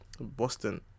Boston